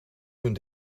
hun